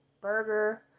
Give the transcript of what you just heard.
burger